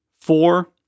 four